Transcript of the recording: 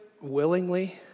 willingly